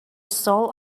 soul